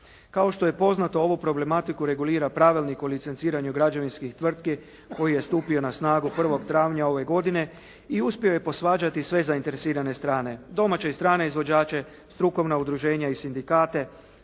Kao što je poznato, ovu problematiku regulira pravilnik u licenciranju građevinskih tvrtki koji je stupio na snagu 1. travnja ove godine i uspio je posvađati sve zainteresirane strane: domaće i strane izvođače, strukovna udruženja i sindikate